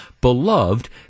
beloved